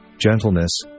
gentleness